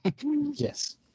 Yes